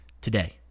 today